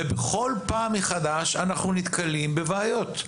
ובכל פעם מחדש אנחנו נתקלים בבעיות.